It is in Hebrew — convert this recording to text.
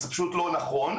זה פשוט לא נכון.